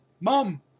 Mom